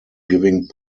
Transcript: giving